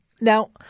Now